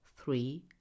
three